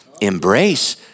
embrace